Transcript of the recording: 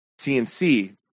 CNC